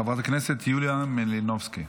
חברת הכנסת יוליה מלינובסקי.